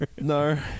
No